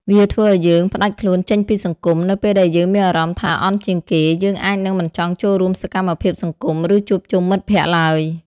វាធ្វើឲ្យយើងផ្តាច់ខ្លួនចេញពីសង្គម នៅពេលដែលយើងមានអារម្មណ៍ថាអន់ជាងគេ យើងអាចនឹងមិនចង់ចូលរួមសកម្មភាពសង្គម ឬជួបជុំមិត្តភក្តិឡើយ។